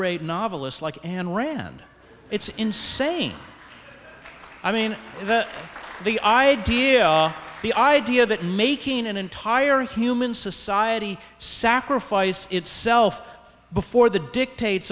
rate novelist like and rand it's insane i mean the idea the idea that making an entire human society sacrifice itself before the dictates